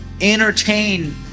Entertain